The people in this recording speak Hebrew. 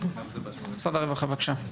משרד הרווחה, בבקשה.